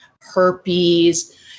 herpes